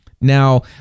Now